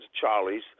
Charlie's